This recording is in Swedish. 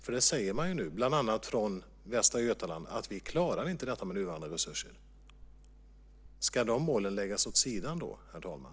Man säger ju nu, bland annat från Västra Götaland: Vi klarar inte detta med nuvarande resurser. Ska de målen läggas åt sidan, herr talman?